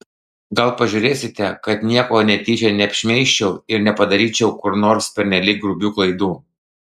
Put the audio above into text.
gal pažiūrėsite kad nieko netyčia neapšmeižčiau ir nepadaryčiau kur nors pernelyg grubių klaidų